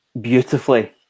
beautifully